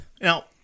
Now